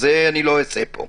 את זה אני לא אעשה פה.